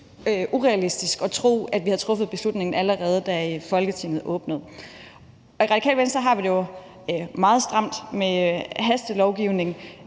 urealistisk at tro, at vi havde truffet beslutningen, allerede da Folketinget åbnede. I Radikale Venstre har vi det meget stramt med hastelovgivning,